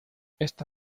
esta